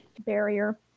barrier